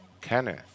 Kenneth